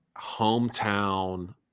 hometown